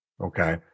Okay